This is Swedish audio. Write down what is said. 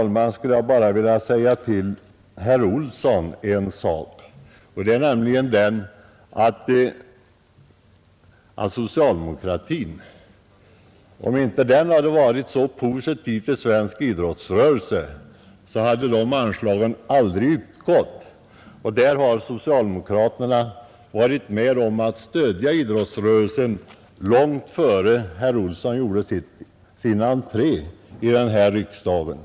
Till sist, herr talman, vill jag säga till herr Olsson att om inte socialdemokratin hade varit så positiv till svensk idrottsrörelse så hade den aldrig fått de anslag den nu har. Socialdemokraterna har varit med om att stödja idrottsrörelsen långt innan herr Olsson gjorde sin entré här i riksdagen.